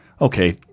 Okay